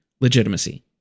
legitimacy